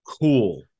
cool